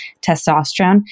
testosterone